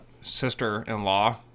sister-in-law